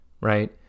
right